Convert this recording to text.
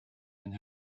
and